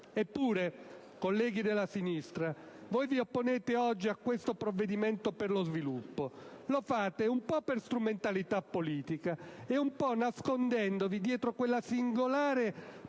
Eppure, colleghi della sinistra, voi vi opponete oggi a questo provvedimento per lo sviluppo. Lo fate un po' per strumentalità politica e un po' nascondendovi dietro quella singolare professione